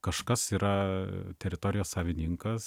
kažkas yra teritorijos savininkas